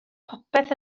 popeth